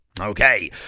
okay